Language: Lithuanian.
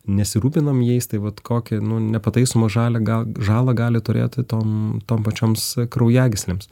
nesirūpinam jais tai vat kokią nu nepataisomą žalią gal žalą gali turėti tom tom pačioms kraujagyslėms